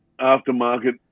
aftermarket